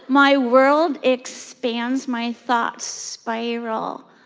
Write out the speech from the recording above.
my world expands. my thoughts spiral.